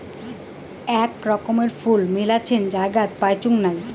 আক রকমের ফুল মেলাছেন জায়গাত পাইচুঙ নাই